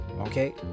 Okay